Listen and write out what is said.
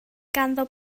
ganddo